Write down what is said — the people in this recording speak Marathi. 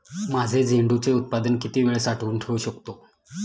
माझे झेंडूचे उत्पादन किती वेळ साठवून ठेवू शकतो?